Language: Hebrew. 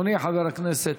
אדוני חבר הכנסת